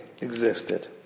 existed